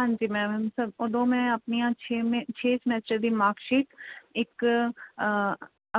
ਹਾਂਜੀ ਮੈਮ ਸ ਉਦੋਂ ਮੈਂ ਆਪਣੀਆਂ ਛੇਵੇਂ ਛੇ ਸਮੈਸਟਰ ਦੀ ਮਾਰਕਸ਼ੀਟ ਇੱਕ